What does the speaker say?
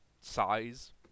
size